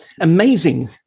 Amazing